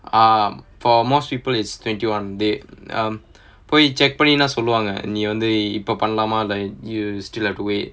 um for most people it's twenty-one they um போய்:poi check பண்ணி சொல்லுவாங்க நீ இப்போ பண்ணலாமா இல்ல:panni solluvaanga nee ippo pannalaamaa illa you still have to wait